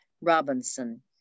Robinson